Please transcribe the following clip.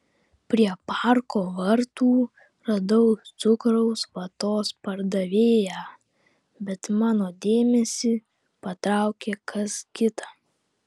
prie parko vartų radau cukraus vatos pardavėją bet mano dėmesį patraukė kas kita